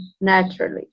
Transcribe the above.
naturally